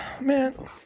Man